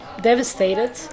devastated